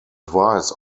advice